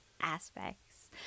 aspects